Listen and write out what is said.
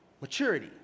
Maturity